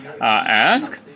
ask